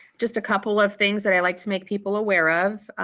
just a couple of things that i like to make people aware of,